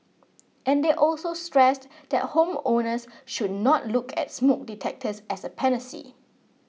and they also stressed that home owners should not look at smoke detectors as a panacea